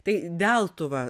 tai deltuva